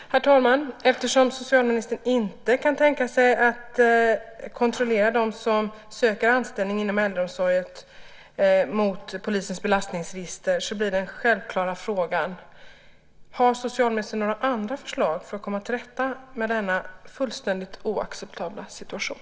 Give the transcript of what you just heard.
Herr talman! Eftersom socialministern inte kan tänka sig att kontrollera dem som söker anställning inom äldreomsorgen mot polisens belastningsregister blir den självklara frågan: Har socialministern några andra förslag för att komma till rätta med denna fullständigt oacceptabla situation?